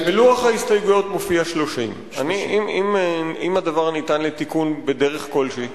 בלוח ההסתייגויות מופיע 30. אם הדבר ניתן לתיקון בדרך כלשהי,